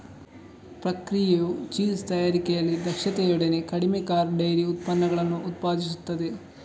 ಪ್ರಕ್ರಿಯೆಯು ಚೀಸ್ ತಯಾರಿಕೆಯಲ್ಲಿ ದಕ್ಷತೆಯೊಡನೆ ಕಡಿಮೆ ಕಾರ್ಬ್ ಡೈರಿ ಉತ್ಪನ್ನಗಳನ್ನು ಉತ್ಪಾದಿಸುತ್ತದೆ